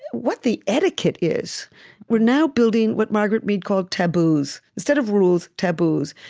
what the etiquette is we're now building what margaret mead called taboos instead of rules, taboos.